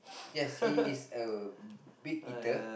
yes he is a big eater